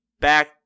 Back